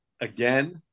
Again